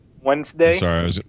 Wednesday